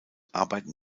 arbeiten